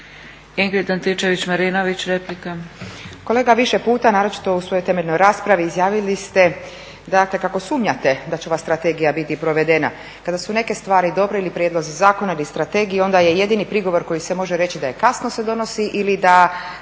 Ingrid Antičević-Marinović, replika.